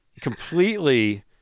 completely